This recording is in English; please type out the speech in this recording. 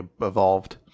evolved